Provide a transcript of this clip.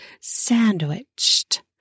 sandwiched